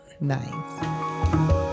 Nice